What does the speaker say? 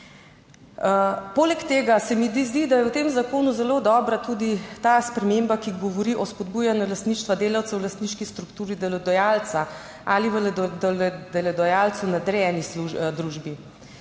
Poleg tega se mi zdi, da je v tem zakonu zelo dobra tudi ta sprememba, ki govori o spodbujanju lastništva delavcev v lastniški strukturi delodajalca ali delodajalcu nadrejeni družbi,